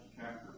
chapter